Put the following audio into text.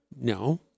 No